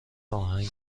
آهنگ